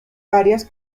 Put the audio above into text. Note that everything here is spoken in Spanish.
varias